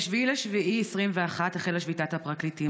ב-7 ביולי 2021 החלה שביתת הפרקליטים.